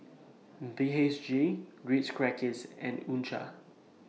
B H G Ritz Crackers and U Cha